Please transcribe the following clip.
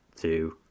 two